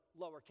lowercase